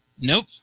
Nope